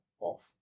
off